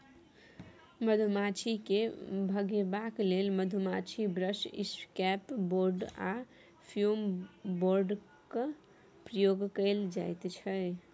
मधुमाछी केँ भगेबाक लेल मधुमाछी ब्रश, इसकैप बोर्ड आ फ्युम बोर्डक प्रयोग कएल जाइत छै